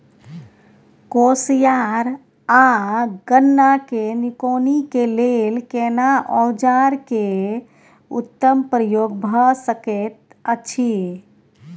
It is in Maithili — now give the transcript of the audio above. कोसयार आ गन्ना के निकौनी के लेल केना औजार के उत्तम प्रयोग भ सकेत अछि?